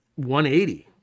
180